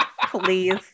please